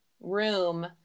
room